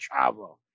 Chavo